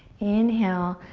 inhale,